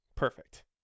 perfect